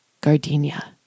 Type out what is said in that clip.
Gardenia